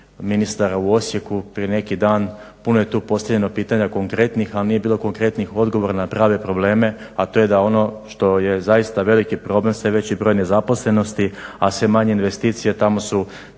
ministara u Osijeku prije neki dan. Puno je tu postavljeno pitanja konkretnih, ali nije bilo konkretnih odgovora na prave probleme a to je da ono što je zaista veliki problem sve veći broj nezaposlenosti, a sve manje investicije. Tamo su